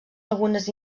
algunes